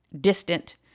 distant